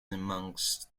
amongst